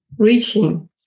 Reaching